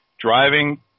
driving